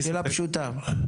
שאלה פשוטה.